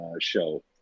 show